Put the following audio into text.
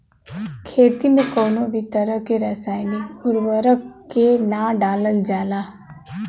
खेती में कउनो भी तरह के रासायनिक उर्वरक के ना डालल जाला